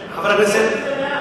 זה 15 שקלים.